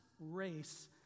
race